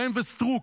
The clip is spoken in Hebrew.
להם ולסטרוק.